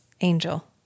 angel